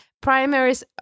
primaries